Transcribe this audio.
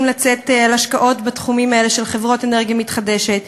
לצאת להשקעות בתחומים האלה של חברות אנרגיה מתחדשת.